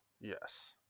Yes